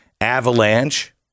Avalanche